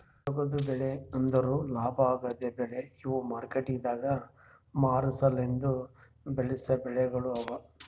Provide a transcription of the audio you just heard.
ನಗದು ಬೆಳಿ ಅಂದುರ್ ಲಾಭ ಆಗದ್ ಬೆಳಿ ಇವು ಮಾರ್ಕೆಟದಾಗ್ ಮಾರ ಸಲೆಂದ್ ಬೆಳಸಾ ಬೆಳಿಗೊಳ್ ಅವಾ